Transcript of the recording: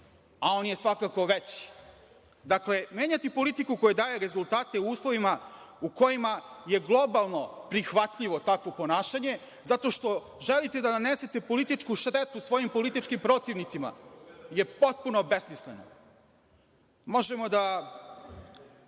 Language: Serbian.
a on je svakako veći. Menjati politiku koja daje rezultate u uslovima u kojima je globalno prihvatljivo takvo ponašanje zato što želite da nanesete političku štetu svojim političkim protivnicima je potpuno besmisleno. Možemo da